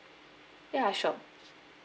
ya sure